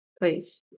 please